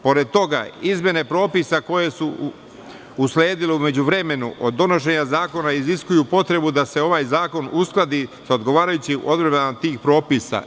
Pored toga, izmene propisa koje su usledile u međuvremenu, od donošenja Zakona, iziskuju potrebu da se ovaj zakon uskladi sa odgovarajućim odredbama tih propisa.